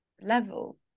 level